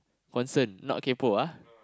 concern not kaypoh ah